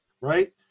Right